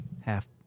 half